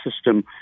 system